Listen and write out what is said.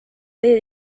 teed